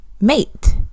mate